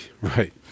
Right